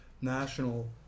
national